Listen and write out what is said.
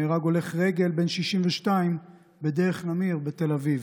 נהרג הולך רגל בן 62 בדרך נמיר בתל אביב.